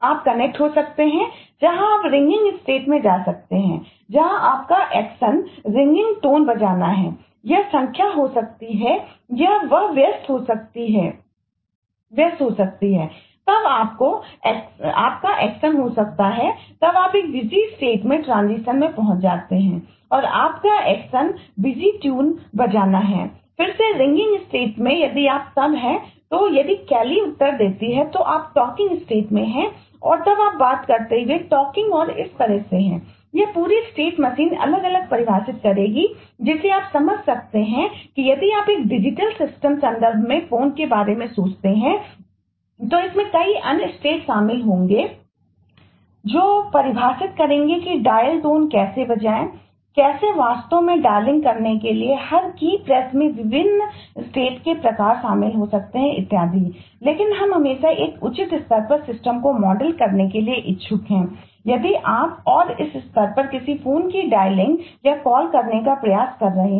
आप कनेक्ट में हैं और तब आप बात करते हुए टॉकिंग और यह इस तरह से है कि यह पूरी स्टेट मशीन करने का प्रयास कर रहे हैं